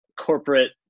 corporate